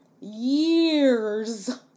years